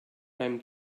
beim